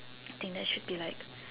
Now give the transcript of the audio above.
I think that should be like